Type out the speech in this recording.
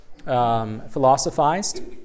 Philosophized